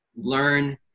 Learn